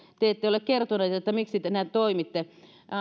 te ette ole kertoneet miksi te näin toimitte